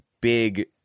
big